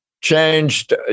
changed